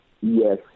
Yes